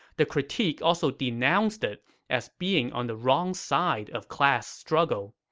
the critique also denounced it as being on the wrong side of class struggle.